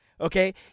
Okay